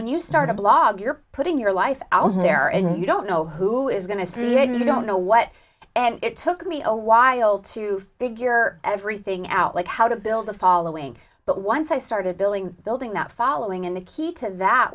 when you start a blog you're putting your life out there and you don't know who is going to see when you don't know what and it took me awhile to figure everything out like how to build a following but once i started building building that following in the key to that